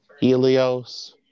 Helios